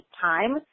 time